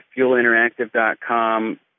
fuelinteractive.com